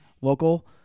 local